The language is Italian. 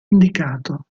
indicato